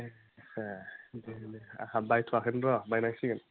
ए आदसा बिदि आंहा बायथआखैनो र बानांसिगोन